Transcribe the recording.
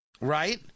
right